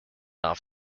off